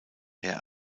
her